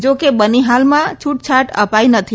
જા કે બનીહાલમાં છુટછાટ અપાઈ નથી